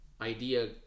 idea